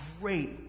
great